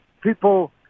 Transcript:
people